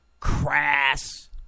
crass